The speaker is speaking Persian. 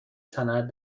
صنعت